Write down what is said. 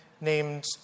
named